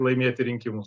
laimėti rinkimus